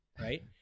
right